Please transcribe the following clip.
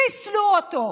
חיסלו אותו.